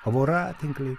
o voratinkliai